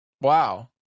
Wow